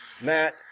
matt